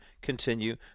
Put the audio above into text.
continue